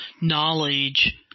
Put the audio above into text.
knowledge